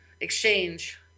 exchange